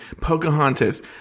Pocahontas